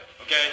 Okay